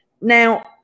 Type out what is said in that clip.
now